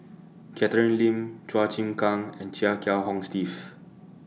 Catherine Lim Chua Chim Kang and Chia Kiah Hong Steve